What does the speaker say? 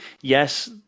Yes